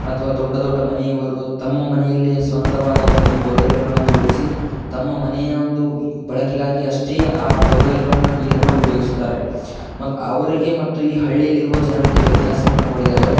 ಅಥವ ದೊಡ್ಡ ದೊಡ್ಡ ಮನೆಯವರು ತಮ್ಮ ಮನೆಯಲ್ಲಿಯೇ ಸ್ವಂತವಾದ ಒಂದು ಬೋರ್ವೆಲ್ಗಳನ್ನ ತೋಡಿಸಿ ತಮ್ಮ ಮನೆಯ ಒಂದು ಬಳಕೆಗಾಗಿ ಅಷ್ಟೇ ಆ ಬೋರ್ವೆಲ್ಗಳನ್ನು ನೀರನ್ನು ಉಪಯೋಗಿಸ್ತಾರೆ ಮತ್ತು ಅವರಿಗೆ ಮತ್ತು ಈ ಹಳ್ಳಿಯಲ್ಲಿರುವ ಜನರಿಗೆ ವ್ಯತ್ಯಾಸವನ್ನು ನೋಡಿದರೆ